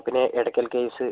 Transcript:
പിന്നെ എടയ്ക്കൽ കേവ്സ്